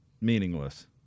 meaningless